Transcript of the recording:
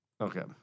Okay